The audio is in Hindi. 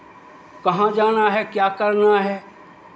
कहाँ जाना है क्या करना है